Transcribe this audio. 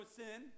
sin